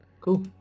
Cool